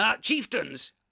chieftains